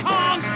Kong